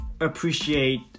appreciate